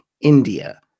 India